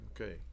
Okay